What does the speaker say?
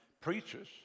preachers